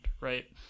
right